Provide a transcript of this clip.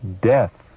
death